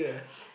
!wah!